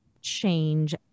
change